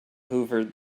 hoovered